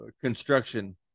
Construction